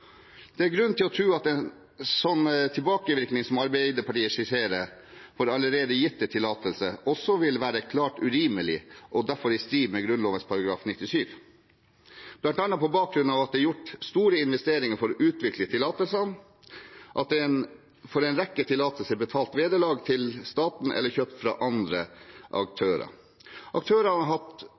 Det er grunn til å tro at en slik tilbakevirkning som Arbeiderpartiet skisserer for allerede gitte tillatelser, også vil være klart urimelig og derfor i strid med Grunnloven § 97, bl.a. på bakgrunn av at det er gjort store investeringer for å utvikle tillatelsene, og at det for en rekke tillatelser er betalt vederlag til staten, eller de er kjøpt fra andre aktører. Aktørene har hatt